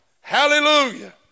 Hallelujah